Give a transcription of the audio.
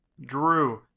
Drew